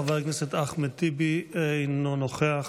חבר הכנסת אחמד טיבי, אינו נוכח.